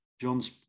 John's